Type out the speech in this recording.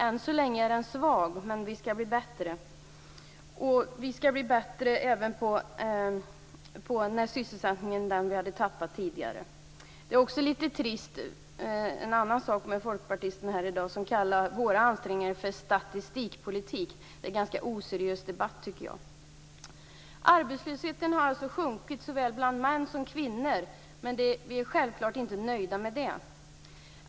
Än så länge är den svag, men vi skall bli bättre. Vi skall även bli bättre när det gäller den sysselsättning som vi hade tappat tidigare. Det är också litet trist när folkpartisterna här i dag kallar våra ansträngningar för statistikpolitik. Det är ganska oseriös debatt, tycker jag. Arbetslösheten har alltså sjunkit såväl bland män som bland kvinnor. Men vi är självfallet inte nöjda med det.